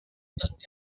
but